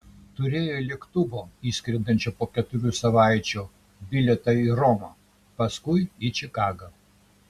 turėjo lėktuvo išskrendančio po keturių savaičių bilietą į romą paskui į čikagą